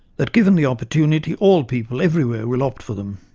that given the opportunity all people, everywhere, will opt for them